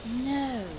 No